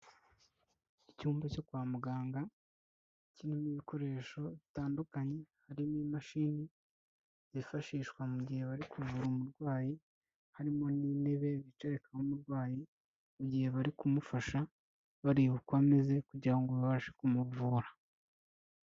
Icyumba cyo kwa muganga kirimo ibikoresho bitandukanye, harimo imashini zifashishwa mu gihe bari kuvura umurwayi, harimo n'intebe bicarikaho umurwayi mu gihe bari kumufasha bareba uko ameze kugira ngo babashe kumuvura.